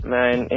Man